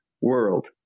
world